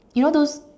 you know those